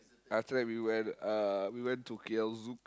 after that we went uh we went to K_L Zouk